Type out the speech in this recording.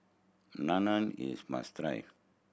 naan is must try